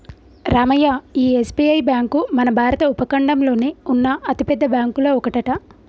రామయ్య ఈ SBI bank మన భారత ఉపఖండంలోనే ఉన్న అతిపెద్ద బ్యాంకులో ఒకటట